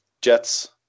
Jets